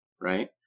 right